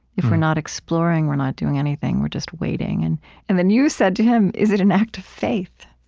if we're not exploring, we're not doing anything, we're just waiting. and and then you said to him, is it an act of faith?